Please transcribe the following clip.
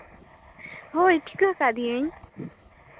ᱦᱳᱭ ᱴᱷᱤᱠᱟᱹ ᱟᱠᱟᱫᱤᱭᱟᱹᱧ